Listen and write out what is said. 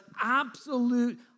absolute